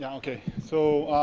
yeah okay, so,